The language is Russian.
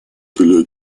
для